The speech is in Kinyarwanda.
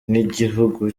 nk’igihugu